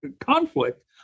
conflict